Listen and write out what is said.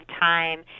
time